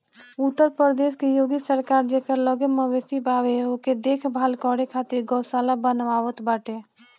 उत्तर प्रदेश के योगी सरकार जेकरा लगे मवेशी बावे ओके देख भाल करे खातिर गौशाला बनवावत बाटे